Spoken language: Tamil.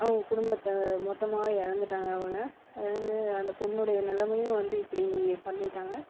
அவங்க குடும்பத்தை மொத்தமாகவே இழந்துட்டாங்க அவங்க இழந்து அந்த பொண்ணோட நிலமையும் இப்படி பண்ணிவிட்டாங்க